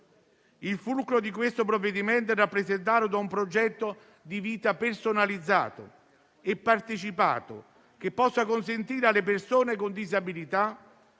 Il fulcro di questo provvedimento è rappresentato da un progetto di vita personalizzato e partecipato, che consenta alle persone con disabilità